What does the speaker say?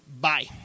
Bye